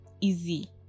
easy